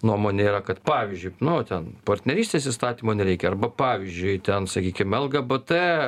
nuomonė yra kad pavyzdžiui nu ten partnerystės įstatymo nereikia arba pavyzdžiui ten sakykim lgbt